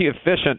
efficient